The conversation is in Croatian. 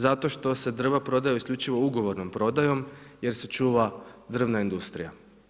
Zato što se drva prodaju isključivo ugovornom prodajom jer se čuva drvna industrija.